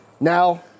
Now